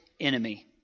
enemy